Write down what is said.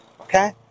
okay